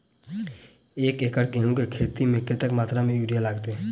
एक एकड़ गेंहूँ केँ खेती मे कतेक मात्रा मे यूरिया लागतै?